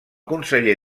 conseller